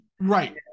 right